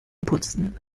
putzen